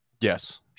Yes